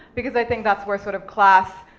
because i think that's where sort of class,